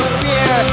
fear